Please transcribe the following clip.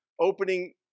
opening